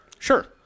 Sure